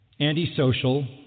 Antisocial